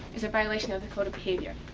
is a violation of the code of behavior.